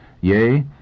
yea